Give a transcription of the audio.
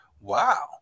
Wow